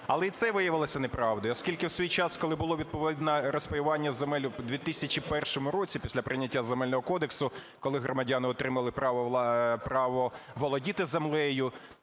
Але і це виявилось неправдою. Оскільки в свій час, коли було відповідне розпаювання земель в 2001 році після прийняття Земельного кодексу, коли громадяни отримали право володіти землею,